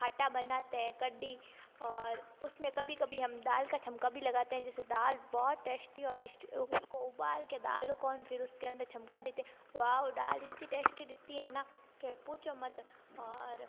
खट्टा बनाते हैं कड़ी और उस में कभी कभी हम दाल का छोंका भी लगाते हैं जिस से दाल बहुत टेस्टी और उसको उबाल के दाल को हम फिर उसके अंदर छोंका देते हैं वाओ दाल इतनी टेस्टी दिखती है ना कि पूछो मत और